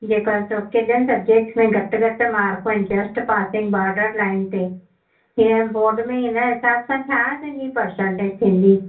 जेका चओ केॾनि सबजेक्ट्स में घटि घटि मार्कू आहिनि जस्ट पासिंग बॉर्डर लाइन ते जीअं बोर्ड में ईंदा आहिनि हिन हिसाब सां छा तुंहिंजी पर्संटेज थींदी